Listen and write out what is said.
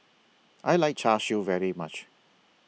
I like Char Siu very much